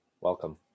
Welcome